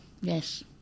yes